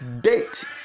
date